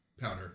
powder